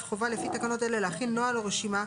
חובה לפי תקנות אלה להכין נוהל או רשימה,